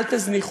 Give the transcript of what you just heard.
אל תזניחו,